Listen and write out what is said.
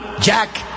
jack